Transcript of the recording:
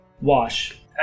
Wash